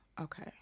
okay